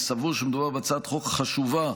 אני סבור שמדובר בהצעת חוק חשובה,